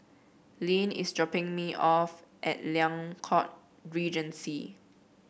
Leann is dropping me off at Liang Court Regency